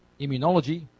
Immunology